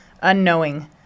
unknowing